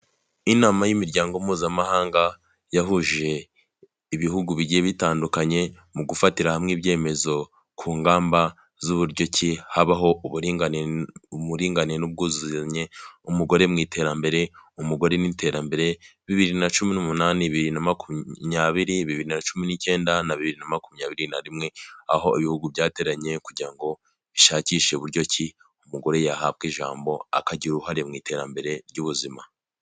Inama y'imiryango mpuzamahanga, yahuje ibihugu bigiye bitandukanye mu gufatira hamwe ibyemezo ku ngamba z'uburyo ki habaho uburinganire n'ubwuzuzanye, umugore mu iterambere, umugore n'iterambere, bibiri na cumi n'umuani, bibiri na makumyabiri, bibiri na cumi n'icyenda, na bibiri na makumyabiri na rimwe. Aho ibihugu byateraniye kugira ngo bishakishe uburyo ki umugore yahabwa ijambo akagira uruhare mu iterambere ry'ubuzima.